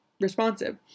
responsive